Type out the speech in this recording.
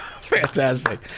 Fantastic